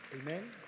Amen